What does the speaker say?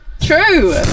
True